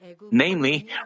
Namely